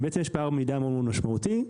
בעצם יש פער מידע משמעותי מאוד.